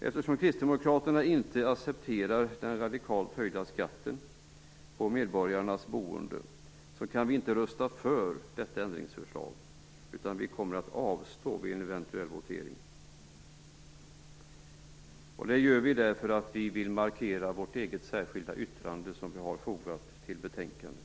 Eftersom vi kristdemokrater inte accepterar den radikalt höjda skatten på medborgarnas boende kan vi inte rösta för detta ändringsförslag. I stället kommer vi vid eventuell votering att avstå från att rösta. Det gör vi därför att vi vill markera vårt eget särskilda yttrande som vi har fogat till betänkandet.